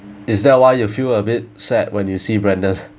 is that why you feel a bit sad when you see brandon